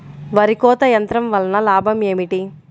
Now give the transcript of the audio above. వరి కోత యంత్రం వలన లాభం ఏమిటి?